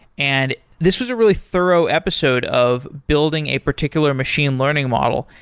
and this was a really thorough episode of building a particular machine learning model.